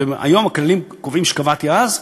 היום הכללים קובעים מה שקבעתי אז,